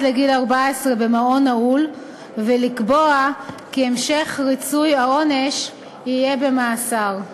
לגיל 14 במעון נעול ולקבוע כי המשך ריצוי העונש יהיה במאסר.